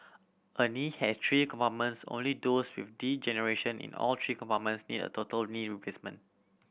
a knee has three compartments only those with degeneration in all three compartments need a total knee replacement